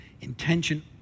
intention